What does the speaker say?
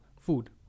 food